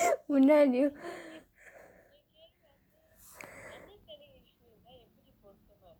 முன்னாடி:munnaadi